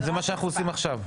זה מה שאנחנו עושים עכשיו.